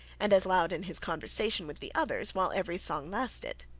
and as loud in his conversation with the others while every song lasted.